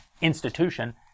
institution